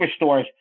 superstores